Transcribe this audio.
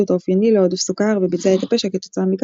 האופייני לעודף סוכר וביצע את הפשע כתוצאה מכך.